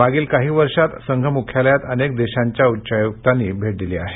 मागील काही वर्षांत संघ मुख्यालयात अनेक देशाच्या उच्चायुक्तांनी भेट दिली आहे